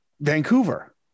vancouver